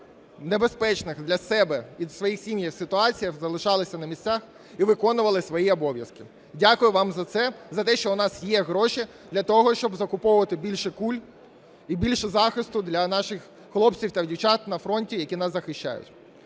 небезпечних для себе і своїх сімей ситуаціях залишалися на місцях і виконували свої обов'язки. Дякую вам за це, за те, що у нас є гроші для того, щоб закуповувати більше куль і більше захисту для наших хлопців та дівчат на фронті, які нас захищають.